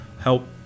help